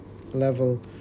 level